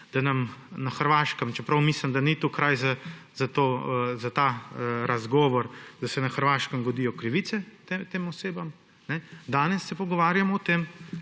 da se na Hrvaškem, čeprav mislim, da ni to kraj za ta razgovor, da se na Hrvaškem godijo krivice tem osebam. Danes se pogovarjamo o tem